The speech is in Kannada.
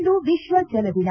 ಇಂದು ವಿಶ್ವ ಜಿಲ ದಿನ